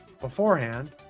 beforehand